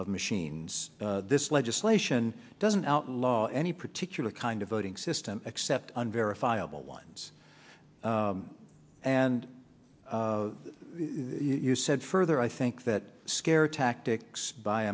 of machines this legislation doesn't outlaw any particular kind of voting system except on verifiable ones and you said further i think that scare tactics by